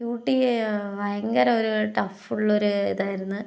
Q ട്ടി ഭയങ്കര ഒരു ടഫ്ഫുള്ള ഒരു ഇതായിരുന്നു